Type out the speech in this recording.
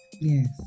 Yes